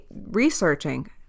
researching